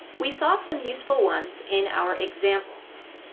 we saw some useful ones in our examples